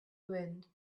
wind